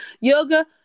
Yoga